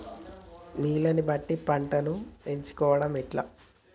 నీళ్లని బట్టి పంటను ఎంచుకోవడం ఎట్లా?